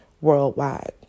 worldwide